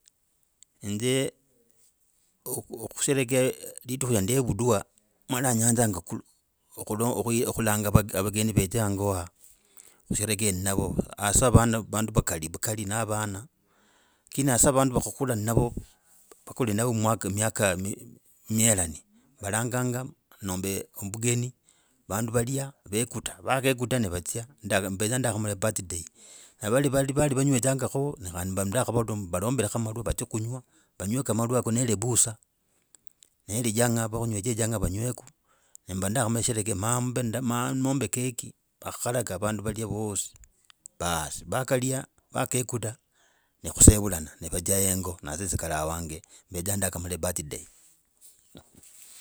Enzye kusherehekea lidiku lya ndivudwa mana ayanzanga kilanga avageni vedzo hango wa kusherehekea navo haswa vandu va karibu na kali avana lakini hasa vandu va kukuula navo, vakuli navo miaka mielani. Valanganga nombe ovugeni vandu valya vekuta. Vakekuta ni vadzya, mbedza nakamala ebirthday, ne vali vangwedzakho valombeleku amalwa vadzye kungwaa, vangw amalwa ako nende busaa, neli changaa vakunywechaa echangaa vangweku, nemba ndakamala nende keki vakakhalaga vandu valye vosi. Baas vakalya vakeguta nekhusevulana ne vadzya hengo nasye sikala awange. Mbezaa nakamala birthday.